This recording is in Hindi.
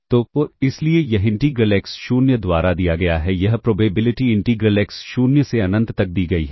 तो इसलिए यह इंटीग्रल एक्स शून्य द्वारा दिया गया है यह प्रोबेबिलिटी इंटीग्रल एक्स शून्य से अनंत तक दी गई है